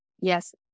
yes